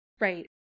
Right